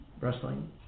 wrestling